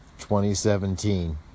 2017